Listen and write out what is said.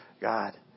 God